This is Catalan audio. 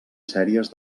sèries